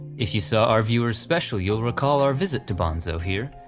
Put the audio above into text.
if you saw our viewers special you'll recall our visit to bonzo here,